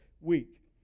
week